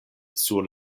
sur